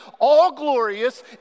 all-glorious